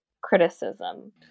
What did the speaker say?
criticism